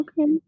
Okay